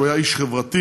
הוא היה איש חברתי,